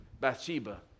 Bathsheba